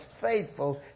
faithful